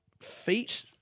feet